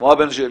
כמו הבן שלי,